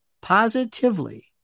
positively